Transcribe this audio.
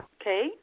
Okay